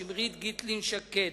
שמרית גיטלין-שקד,